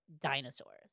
dinosaurs